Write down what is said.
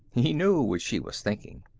he knew what she was thinking.